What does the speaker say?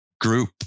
group